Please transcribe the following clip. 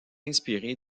inspiré